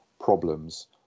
problems